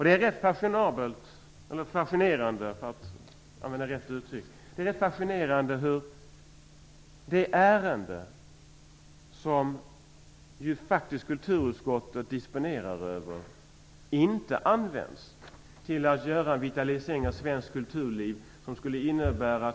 Det är rätt fascinerande att de möjligheter som kulturutskottet faktiskt disponerar över inte används för att göra en vitalisering av svenskt kulturliv.